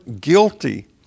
guilty